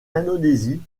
indonésie